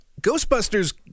Ghostbusters